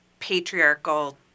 patriarchal